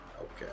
Okay